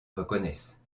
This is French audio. reconnaisse